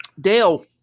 Dale